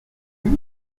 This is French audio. plus